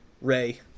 Ray